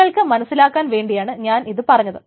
നിങ്ങൾക്ക് മനസ്സിലാക്കാൻ വേണ്ടിയാണ് ഞാൻ ഇത് പറഞ്ഞത്